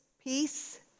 Peace